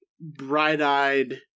bright-eyed